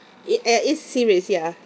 it uh it's serious ya